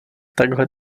takhle